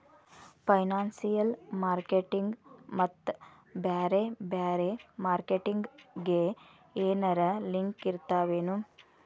Financial marketing ಮತ್ತ ಬ್ಯಾರೆ ಬ್ಯಾರೆ ಮಾರ್ಕೆಟಿಂಗ್ ಗೆ ಏನರಲಿಂಕಿರ್ತಾವೆನು?